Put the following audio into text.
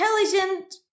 intelligent